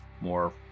more